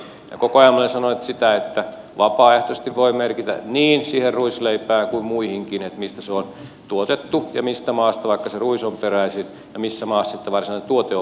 koko ajan minä olen sanonut sitä että vapaaehtoisesti voi merkitä niin siihen ruisleipään kuin muihinkin mistä se on tuotettu ja mistä maasta vaikka se ruis on peräisin ja missä maassa sitten varsinainen tuote on valmistettu